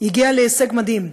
הגיעה להישג מדהים,